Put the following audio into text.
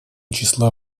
числа